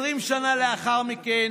20 שנה לאחר מכן,